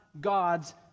God's